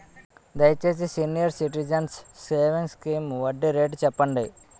దయచేసి senior citizens savings scheme వడ్డీ rate చెప్పండి